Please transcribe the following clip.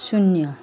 शून्य